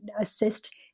assist